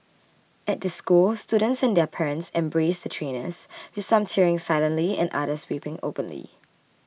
at the school students and their parents embraced the trainers with some tearing silently and others weeping openly